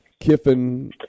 Kiffin